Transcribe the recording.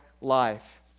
life